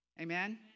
Amen